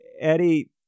Eddie